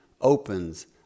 opens